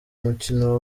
umukino